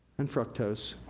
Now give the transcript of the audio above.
and fructose,